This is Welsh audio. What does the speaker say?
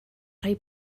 rhoi